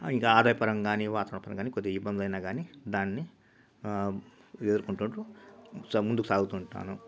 ఇంకా ఆదాయ పరంగా గాకానీ ని వాతావరణ పరంగా కానీ కొద్దిగా ఇబ్బంది అయినా కానీ దాన్ని ఎదుర్కుంటుంటూ స ముందుకు సాగుతుంటాను